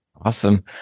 Awesome